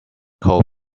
cold